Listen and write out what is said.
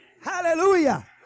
Hallelujah